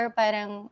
parang